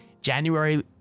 January